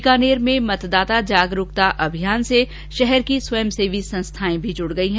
बीकानेर में मतदाता जागरूकता अभियान से शहर की स्वयंसेवी संस्थाए भी जुड़ गई हैं